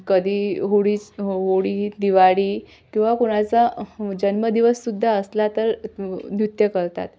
कधी होळीच होळी दिवाळी किंवा कोणाचा जन्मदिवस सुद्धा असला तर नृत्य करतात